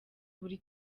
buri